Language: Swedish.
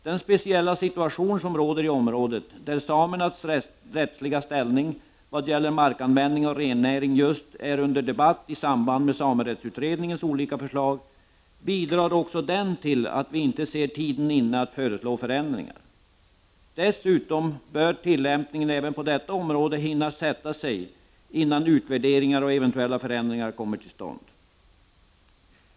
Den speciella situation som råder i området, där samernas rättsliga ställning vad gäller markanvändning och rennäring just är under debatt i samband med samerättsutredningens olika förslag, bidrar också den till att vi inte ser tiden inne att föreslå förändringar. Dessutom bör tillämpningen även på detta område hinna sätta sig, innan utvärderingar och eventuella förändringar kommer till stånd.